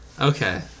Okay